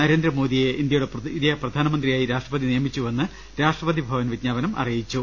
നരേന്ദ്രമോദിയെ ഇന്ത്യയുടെ പുതിയ പ്രധാ നമന്ത്രിയായി രാഷ്ട്രപതി നിയമിച്ചുവെന്ന് രാഷ്ട്രപതി ഭവൻ വിജ്ഞാപനം അറിയിച്ചു